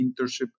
internship